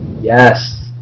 Yes